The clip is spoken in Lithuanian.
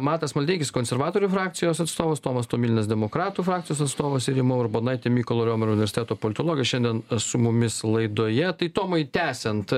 matas maldeikis konservatorių frakcijos atstovas tomas tomilinas demokratų frakcijos atstovas rima urbonaitė mykolo riomerio universiteto politologė šiandien su mumis laidoje tai tomai tęsiant